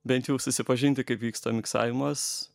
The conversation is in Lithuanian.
bent jau susipažinti kaip vyksta miksavimas